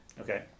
Okay